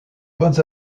bonnes